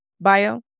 bio